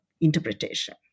interpretation